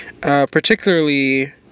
particularly